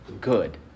good